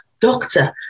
doctor